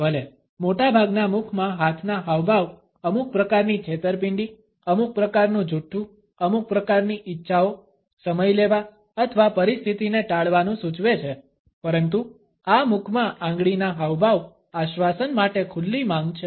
ભલે મોટાભાગના મુખમાં હાથના હાવભાવ અમુક પ્રકારની છેતરપિંડી અમુક પ્રકારનું જૂઠ્ઠું અમુક પ્રકારની ઇચ્છાઓ સમય લેવા અથવા પરિસ્થિતિને ટાળવાનું સૂચવે છે પરંતુ આ મુખમાં આંગળીના હાવભાવ આશ્વાસન માટે ખુલ્લી માંગ છે